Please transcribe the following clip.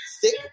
thick